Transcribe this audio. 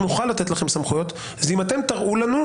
נוכל לתת לכם סמכויות זה אם אתם תראו לנו,